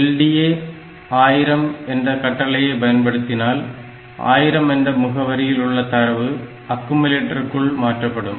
LDA 1000 என்ற கட்டளையை பயன்படுத்தினால் 1000 என்ற முகவரியில் உள்ள தரவு அக்குமுலேட்டருக்குள் மாற்றப்படும்